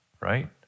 right